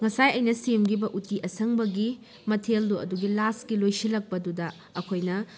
ꯉꯁꯥꯏ ꯑꯩꯅ ꯁꯦꯝꯈꯤꯕ ꯎꯇꯤ ꯑꯁꯪꯕꯒꯤ ꯃꯊꯦꯜꯗꯣ ꯑꯗꯨꯒꯤ ꯂꯥꯁꯀꯤ ꯂꯣꯏꯁꯤꯟꯂꯛꯄꯗꯨꯗ ꯑꯩꯈꯣꯏꯅ